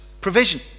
provision